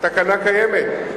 התקנה קיימת,